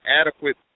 adequate